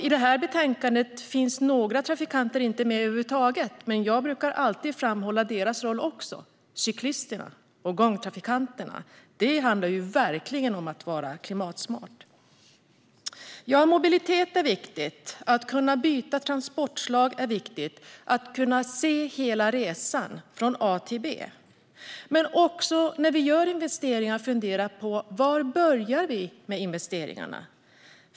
I detta betänkande saknas några trafikanter helt, men jag brukar alltid framhålla deras roll: cyklisterna och gångtrafikanterna. Det handlar verkligen om att vara klimatsmart. Mobilitet, att kunna byta transportslag och att kunna se hela resan från A till B är viktigt. Det är också viktigt att vi när vi gör investeringar funderar på var vi börjar med dem.